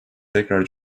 tekrar